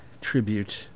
tribute